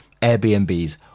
Airbnbs